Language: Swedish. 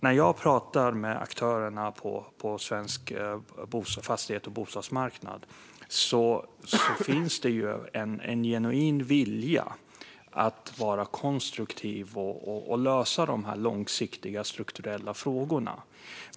När jag pratar med aktörerna på svensk fastighets och bostadsmarknad hör jag att det finns en genuin vilja att vara konstruktiv och lösa de långsiktiga strukturella frågorna.